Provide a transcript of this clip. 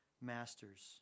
Masters